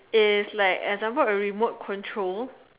if like a remote control